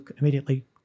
immediately